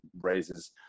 raises